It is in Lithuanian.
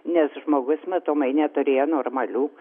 nes žmogus matomai neturėjo normalių